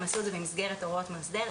הם עשו את זה במסגרת הוראות מאסדר.